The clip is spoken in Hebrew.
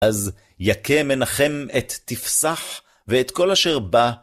אז יכה מנחם את תפסח ואת כל אשר בא.